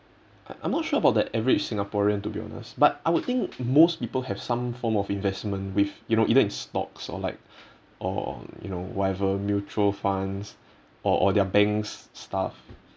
I I'm not sure about the average singaporean to be honest but I would think most people have some form of investment with you know either in stocks or like or you know whatever mutual funds or or their bank s~ stuff